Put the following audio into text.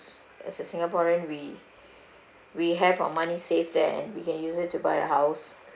as a singaporean we we have our money safe there and we can use it to buy a house